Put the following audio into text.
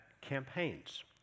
campaigns